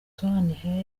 antoine